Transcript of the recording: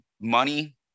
money